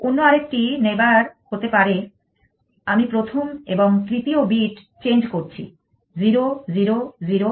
অন্য আরেকটি নেইবার হতে পারে আমি প্রথম এবং তৃতীয় বিট পরিবর্তন করছি 0 0 0 1 1